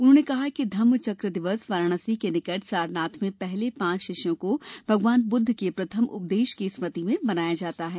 उन्होंने कहा कि धम्म चक्र दिवस वाराणसी के निकट सारनाथ में पहले पांच शिष्यों को भगवान बुद्ध के प्रथम उपदेश की स्मृति में मनाया जाता है